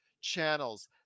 channels